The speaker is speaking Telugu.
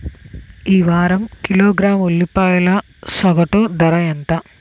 ఈ వారం కిలోగ్రాము ఉల్లిపాయల సగటు ధర ఎంత?